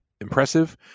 impressive